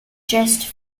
dressed